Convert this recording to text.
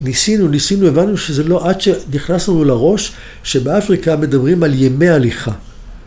ניסינו, ניסינו, הבנו שזה לא, עד שנכנסנו לראש שבאפריקה מדברים על ימי הליכה.